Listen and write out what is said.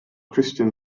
christian